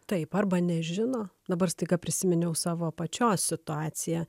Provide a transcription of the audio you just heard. taip arba nežino dabar staiga prisiminiau savo pačios situaciją